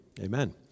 Amen